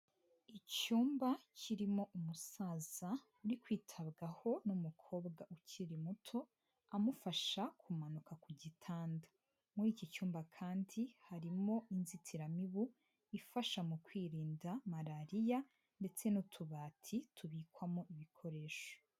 Icyumba kirimo umusaza uri kwitabwaho n'umukobwa ukiri muto amufasha kumanuka ku gitanda. Muri iki cyumba kandi harimo inzitiramibu ifasha mu kwirinda Malariya ndetse n'utubati tubikwamo ibikoresho.